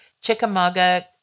Chickamauga